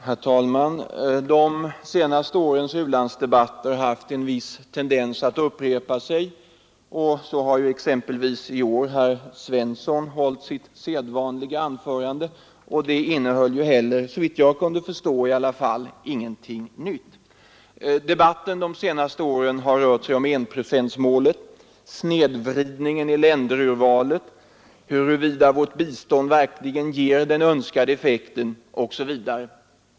Herr talman! De senaste årens u-landsdebatter har haft en viss tendens att upprepa sig. Så har exempelvis i år herr Svensson i Malmö hållit sitt sedvanliga anförande, och det innehöll inte heller — såvitt jag kunde förstå i varje fall — någonting nytt. Debatten de senaste åren har rört sig om enprocentsmålet, snedvridningen i länderurvalet, huruvida vårt bistånd verkligen ger den önskade effekten osv.